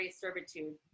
servitude